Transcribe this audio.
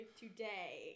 today